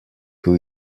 who